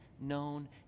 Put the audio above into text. known